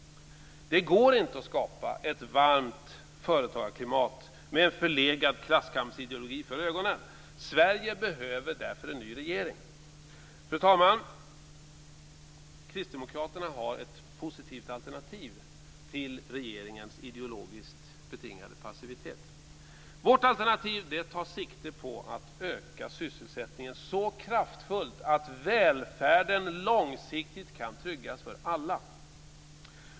Det går inte att skapa ett varmt företagarklimat med en förlegad klasskampsideologi för ögonen. Sverige behöver därför en ny regering. Fru talman! Kristdemokraterna har ett positivt alternativ till regeringens ideologiskt betingade passivitet. Vårt alternativ tar sikte på att öka sysselsättningen så kraftfullt att välfärden långsiktigt kan tryggas för alla.